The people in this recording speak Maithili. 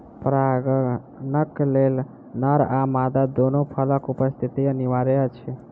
परागणक लेल नर आ मादा दूनू फूलक उपस्थिति अनिवार्य अछि